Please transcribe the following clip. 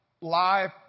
life